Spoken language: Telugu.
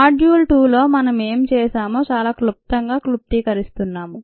మాడ్యూల్ 2 లో మనం ఏమి చేసామో చాలా క్లుప్తంగా క్లుప్తీకరిస్తున్నాము